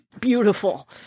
beautiful